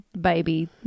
baby